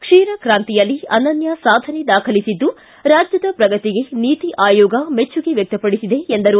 ಕ್ಷೀರಕ್ತಾಂತಿಯಲ್ಲಿ ಅನನ್ಯ ಸಾಧನೆ ದಾಖಲಿಸಿದ್ದು ರಾಜ್ಯದ ಪ್ರಗತಿಗೆ ನೀತಿ ಆಯೋಗ ಮೆಚ್ಚುಗೆ ವ್ಯಕ್ತಪಡಿಸಿದೆ ಎಂದರು